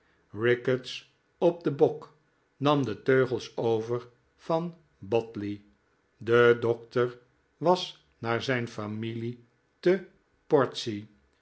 ricketts op den bok nam de teugels over van botley de dokter was naar zijn familie te portsea